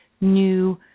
new